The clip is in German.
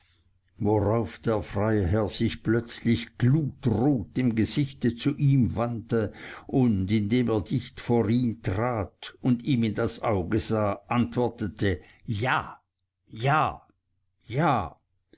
worauf der freiherr sich plötzlich glutrot im gesichte zu ihm wandte und indem er dicht vor ihn trat und ihm in das auge sah antwortete ja ja ja